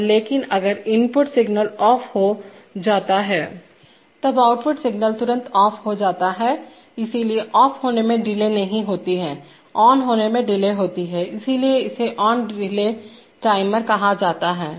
और लेकिन अगर इनपुट सिग्नल ऑफ हो जाता है तब आउटपुट सिग्नल तुरंत ऑफ हो जाता है इसलिए ऑफ होने में डिले नहीं होती है ऑन होने में डिले होती है इसीलिए इसे ON डिले टाइमर कहा जाता है